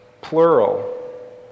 plural